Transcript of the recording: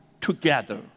together